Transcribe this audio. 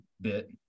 bit